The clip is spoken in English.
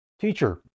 Teacher